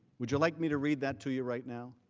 would you like me to read that to you right now?